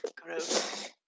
Gross